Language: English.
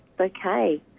okay